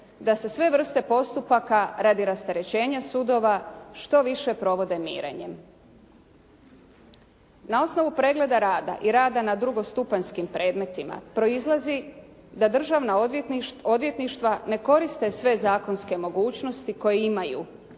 da se sve vrste postupaka radi rasterećenja sudova što više provode mirenjem. Na osnovu pregleda rada i rada na drugostupanjskim predmetima proizlazi da državna odvjetništva ne koriste sve zakonske mogućnosti koje imaju